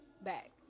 Back